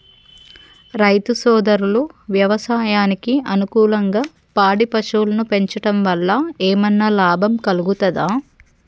రైతు సోదరులు వ్యవసాయానికి అనుకూలంగా పాడి పశువులను పెంచడం వల్ల ఏమన్నా లాభం కలుగుతదా?